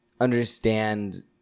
understand